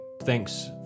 thanks